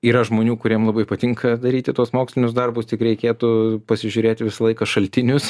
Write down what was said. yra žmonių kuriem labai patinka daryti tuos mokslinius darbus tik reikėtų pasižiūrėti visą laiką šaltinius